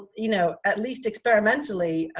you know, at least experimentally,